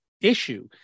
issue